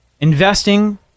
investing